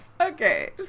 Okay